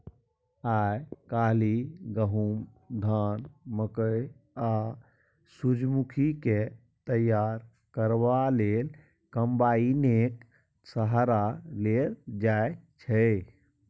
आइ काल्हि गहुम, धान, मकय आ सूरजमुखीकेँ तैयार करबा लेल कंबाइनेक सहारा लेल जाइ छै